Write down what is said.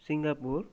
Singapore